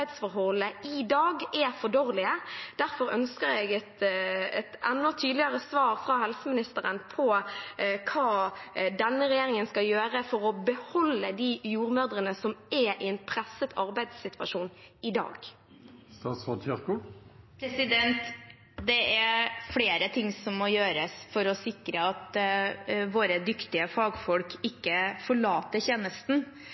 i dag er for dårlige. Derfor ønsker jeg et enda tydeligere svar fra helseministeren på hva denne regjeringen skal gjøre for å beholde de jordmødrene som er i en presset arbeidssituasjon i dag. Det er flere ting som må gjøres for å sikre at våre dyktige fagfolk